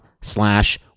slash